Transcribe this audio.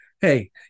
hey